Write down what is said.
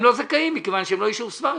הם לא זכאים מכיוון שהם לא ישוב ספר.